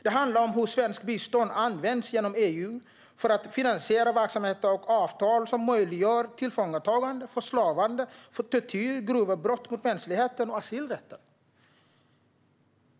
Det handlar om hur svenskt bistånd används genom EU för att finansiera verksamheter och avtal som möjliggör tillfångatagande, förslavande, tortyr, grova brott mot mänskligheten och asylrätten.